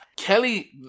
Kelly